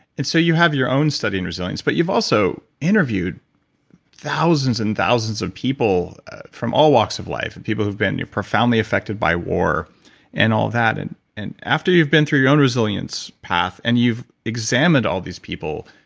and so you have your own study in resilience. but you've also interviewed thousands and thousands of people from all walks of life, and people who've been profoundly affected by war and all that, and and after you've been through your own resilience path, and you've examined all these people,